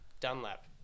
Dunlap